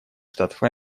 штатов